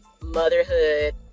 motherhood